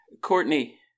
Courtney